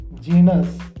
genus